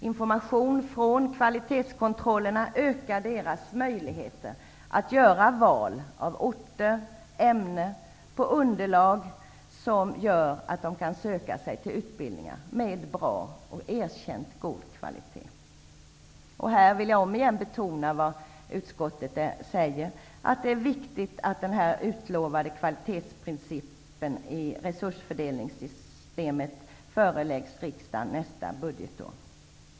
Informationen från kvalitetskontrollerna ökar studenternas möjligheter att välja ort och ämne. Underlaget skall vara sådant att de kan söka sig till utbildningar med erkänt god kvalitet. Jag vill återigen betona vad utskottet säger, nämligen att det är viktigt att den utlovade kvalitetsprincipen i resursfördelningssystemet föreläggs riksdagen nästa budgetår.